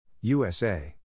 USA